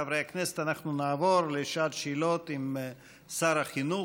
חברי הכנסת, אנחנו נעבור לשעת שאלות לשר החינוך,